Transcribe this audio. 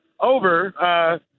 over –